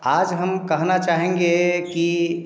आज हम कहना चाहेंगे कि